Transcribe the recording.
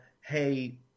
hey